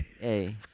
Hey